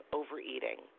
overeating